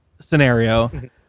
scenario